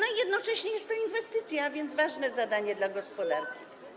A jednocześnie jest to inwestycja, a więc ważne zadanie dla gospodarki.